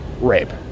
rape